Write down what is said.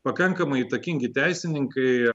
pakankamai įtakingi teisininkai